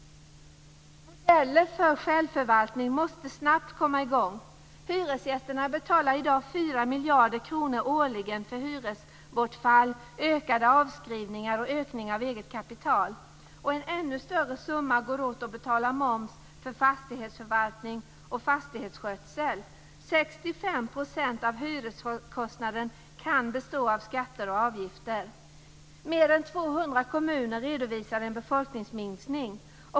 Modeller för självförvaltning måste snabbt komma i gång. Hyresgästerna betalar i dag omkring 4 miljarder kronor årligen för hyresbortfall, ökade avskrivningar och ökning av eget kapital. En ännu större summa går till att betala moms för fastighetsförvaltning och fastighetsskötsel. 65 % av hyreskostnaden kan bestå av skatter och avgifter. Mer än 200 kommuner redovisar en befolkningsminskning.